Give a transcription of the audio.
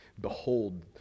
behold